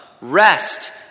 Rest